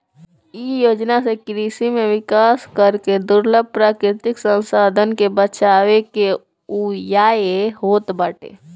इ योजना से कृषि में विकास करके दुर्लभ प्राकृतिक संसाधन के बचावे के उयाय होत बाटे